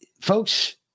Folks